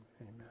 amen